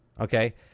Okay